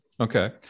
Okay